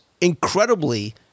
incredibly